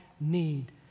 need